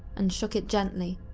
and shook it gently,